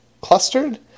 clustered